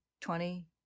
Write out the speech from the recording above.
Twenty